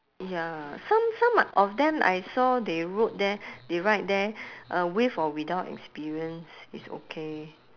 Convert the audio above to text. ya some some a~ of them I saw they wrote there they write there uh with or without experience it's okay